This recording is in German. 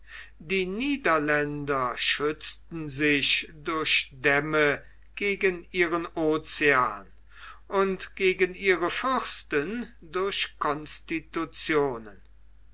die niederländer schützten sich durch dämme gegen ihren ocean und gegen ihre fürsten durch